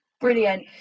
brilliant